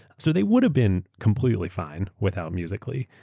so they would have been completely fine without musical. ly,